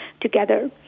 together